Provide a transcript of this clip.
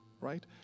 right